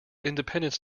independence